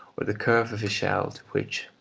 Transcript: or the curve of a shell, to which,